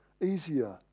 easier